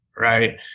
right